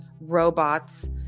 robots